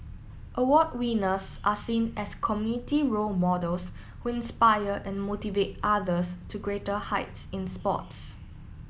award winners are seen as committee role models who inspire and motivate others to greater heights in sports